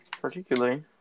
particularly